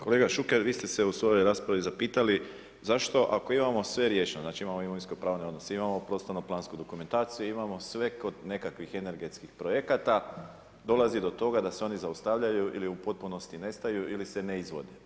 Kolega Šuker vi ste se u svojoj raspravi zapitali zašto ako imamo sve riješeno, znači imamo imovinsko-pravne odnose, imamo prostorno-plansku dokumentaciju, imamo sve kod nekakvih energetskih projekata, dolazi do toga da se oni zaustavljaju ili u potpunosti nestaju ili se ne izvode.